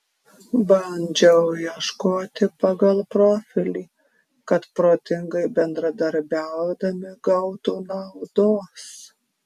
bandžiau ieškoti pagal profilį kad protingai bendradarbiaudami gautų naudos